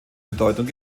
bedeutung